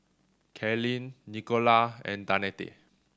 Kaylynn Nicola and Danette